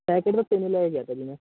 packet ਤਾਂ ਤਿੰਨ ਲੈ ਕੇ ਗਿਆ ਤਾ ਜੀ ਮੈਂ